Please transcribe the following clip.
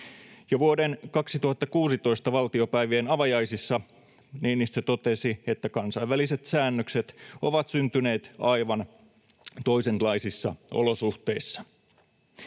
Jo vuoden 2016 valtiopäivien avajaisissa Niinistö totesi, että kansainväliset säännökset ovat syntyneet aivan toisenlaisissa olosuhteissa.